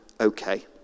okay